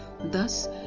thus